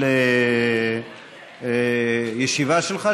על הישיבה שלך,